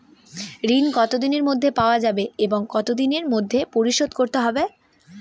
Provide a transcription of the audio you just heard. ঋণ কতদিনের মধ্যে পাওয়া যাবে এবং কত দিনের মধ্যে পরিশোধ করতে হবে?